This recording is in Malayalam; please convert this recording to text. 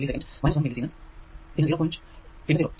5 മില്ലി സീമെൻസ് 1 മില്ലി സീമെൻസ് പിന്നെ 0